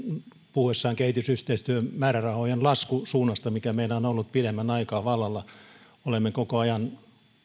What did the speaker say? puhuessaan kehitysyhteistyömäärärahojen laskusuunnasta mikä meillä on on ollut pidemmän aikaa vallalla olemme koko ajan